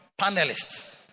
panelists